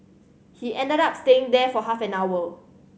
he ended up staying there for half an hour